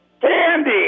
Candy